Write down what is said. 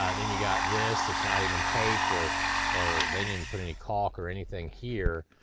ah then you got this. it's not even taped or or they didn't even put any caulk or anything here,